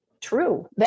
true